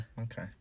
Okay